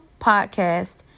Podcast